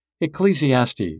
Ecclesiastes